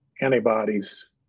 antibodies